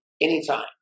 anytime